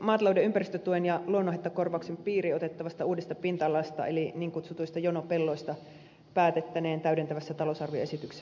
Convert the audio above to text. maatalouden ympäristötuen ja luonnonhaittakorvauksen piiriin otettavasta uudesta pinta alasta eli niin kutsutuista jonopelloista päätettäneen myöskin täydentävässä talousarvioesityksessä